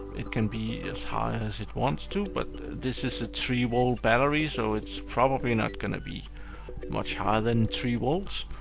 it can be as high as it wants to, but this is a three volt battery, so it's probably not gonna be much highter than three volts,